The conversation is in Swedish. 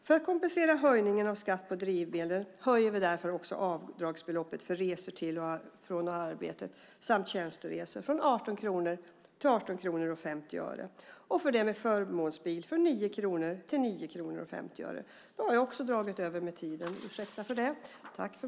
För att kompensera höjningen av skatt på drivmedel höjer vi därför också avdragsbeloppet för resor till och från arbetet samt tjänsteresor från 18 kronor till 18:50 kronor och för dem med förmånsbil från 9 kronor till 9:50 kronor.